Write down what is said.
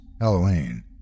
Halloween